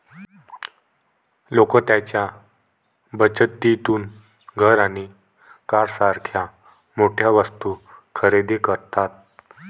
लोक त्यांच्या बचतीतून घर आणि कारसारख्या मोठ्या वस्तू खरेदी करतात